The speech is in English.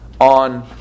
on